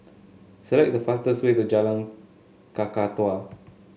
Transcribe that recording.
select the fastest way to Jalan Kakatua